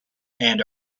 and